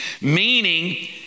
Meaning